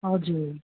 हजुर